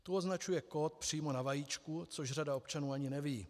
Tu označuje kód přímo na vajíčku, což řada občanů ani neví.